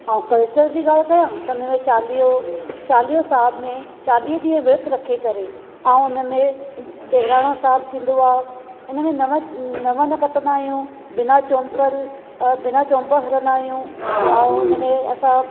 ऐं कल्चर जी ॻाल्हि कयां त हुनमें चालियों चालियो साहब में चालीह ॾींअं विर्त रखी करे ऐं हुनमें बहिराणो साहब थींदो आहे हिनमें नव न कटंदा आहियूं बिना चम्पल बिना चम्पल हलंदा आहियूं ऐं हुनमें असां